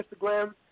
Instagram